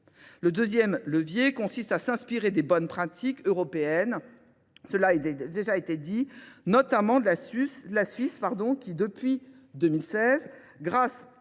Le deuxième levier consiste à s'inspirer des bonnes pratiques européennes. Cela a déjà été dit, notamment de la Suisse, qui depuis 2016, grâce